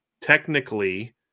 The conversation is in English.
Technically